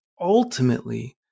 Ultimately